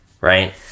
Right